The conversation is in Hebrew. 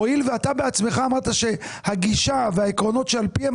הואיל ואתה בעצמך אמרת שהגישה והעקרונות שעל פיהם